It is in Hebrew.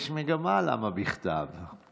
יש מגמה למה בכתב.